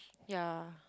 ya